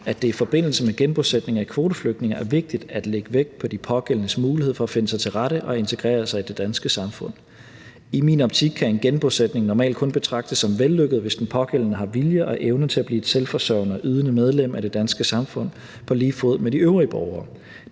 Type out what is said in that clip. at det i forbindelse med genbosætning af kvoteflygtninge er vigtigt at lægge vægt på de pågældendes mulighed for at finde sig til rette og integrere sig i det danske samfund. I min optik kan en genbosætning normalt kun betragtes som vellykket, hvis den pågældende har vilje og evne til at blive et selvforsørgende og ydende medlem af det danske samfund på lige fod med de øvrige borgere.